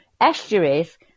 Estuaries